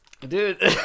Dude